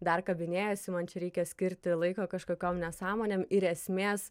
dar kabinėjasi man čia reikia skirti laiko kažkokiom nesąmonėm ir esmės